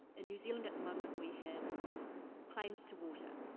ah new zealand at the moment we have claims to water,